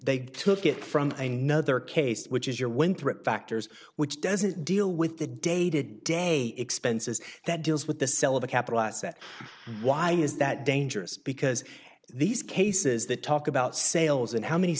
they took it from a nother case which is your winthrop factors which doesn't deal with the day to day expenses that deals with the sale of a capital asset why is that dangerous because these cases that talk about sales and how many